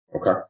Okay